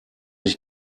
ich